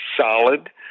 solid